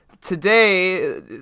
today